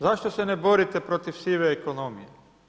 Zašto se ne borite protiv sive ekonomije?